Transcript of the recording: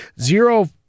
zero